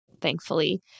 thankfully